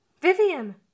Vivian